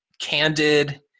candid